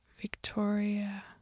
Victoria